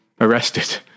arrested